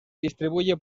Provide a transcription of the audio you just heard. distribuye